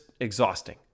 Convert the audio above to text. exhausting